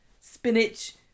spinach